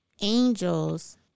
angels